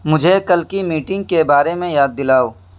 مجھے کل کی میٹنگ کے بارے میں یاد دلاؤ